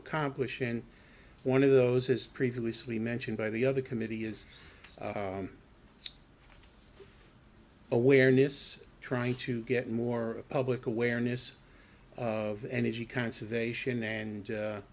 accomplish and one of those as previously mentioned by the other committee is awareness trying to get more public awareness of energy conservation